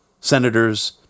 senators